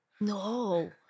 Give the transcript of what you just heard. no